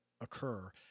occur